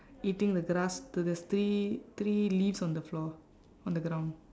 eating the grass so there's three three leaves on the floor on the ground